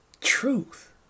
truth